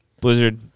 blizzard